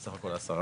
זה סך הכול עשרה.